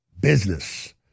business